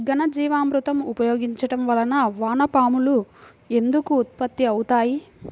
ఘనజీవామృతం ఉపయోగించటం వలన వాన పాములు ఎందుకు ఉత్పత్తి అవుతాయి?